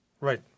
Right